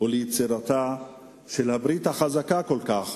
וליצירתה של הברית החזקה כל כך